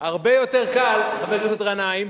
הרבה יותר קל, חבר הכנסת גנאים,